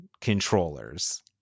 controllers